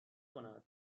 کند